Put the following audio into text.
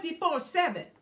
24-7